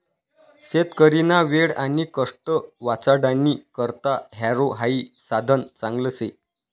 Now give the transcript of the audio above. शेतकरीना वेळ आणि कष्ट वाचाडानी करता हॅरो हाई साधन चांगलं शे